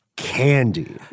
Candy